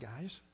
guys